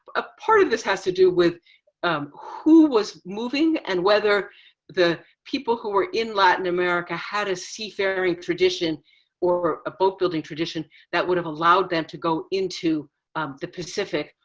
a part of this has to do with um who was moving and whether the people who were in latin america had a seafaring tradition or a boat building tradition that would allowed them to go into the pacific,